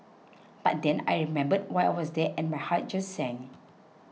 but then I remembered why I was there and my heart just sank